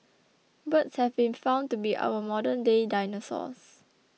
birds have been found to be our modernday dinosaurs